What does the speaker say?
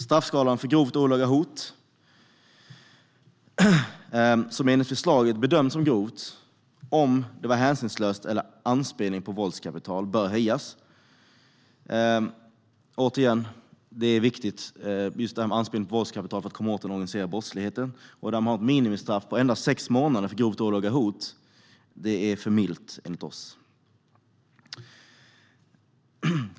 Straffskalan för grovt olaga hot, vilket enligt förslaget bedöms som grovt om det är hänsynslöst eller anspelar på våldskapital, bör höjas. Detta med anspelning på våldkapital är viktigt för att komma åt den organiserade brottsligheten. Ett minimistraff på endast sex månader är enligt oss för milt.